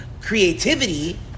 creativity